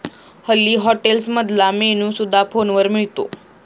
हल्ली हॉटेल्समधला मेन्यू सुद्धा फोनवर मिळतो